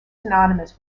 synonymous